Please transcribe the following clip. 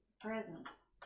presence